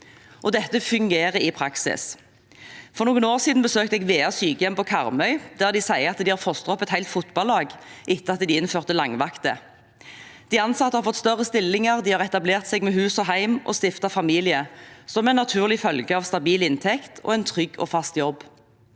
Dette fungerer i praksis. For noen år siden besøkte jeg Vea sykehjem på Karmøy, der de sier at de har fostret opp et helt fotballag etter at de innførte langvakter. De ansatte har fått større stillinger, de har etablert seg med hus og hjem og stiftet familie – som en naturlig følge av stabil inntekt og en trygg og fast jobb.